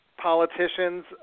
politicians